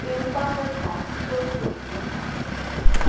पेंवपाक वचपाक चड थंडी आसा